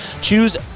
Choose